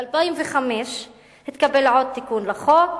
ב-2005 התקבל עוד תיקון לחוק,